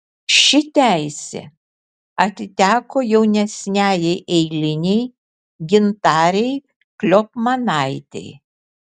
ši teisė atiteko jaunesniajai eilinei gintarei kliopmanaitei